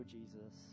Jesus